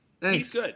Thanks